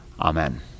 Amen